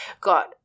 got